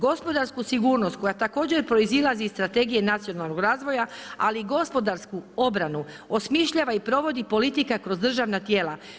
Gospodarsku sigurnost koja također proizlazi iz Strategije nacionalnog razvoja ali i gospodarsku obranu osmišljava i provodi politika kroz državna tijela.